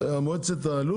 סיימנו את הנימוקים.